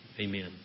Amen